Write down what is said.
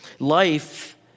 life